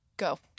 Go